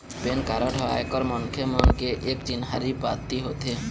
PAN card ह आयकर मनखे मन के एक चिन्हारी पाती होथे